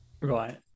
Right